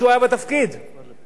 אבל ברגע שעוזבים את התפקיד